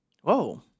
Whoa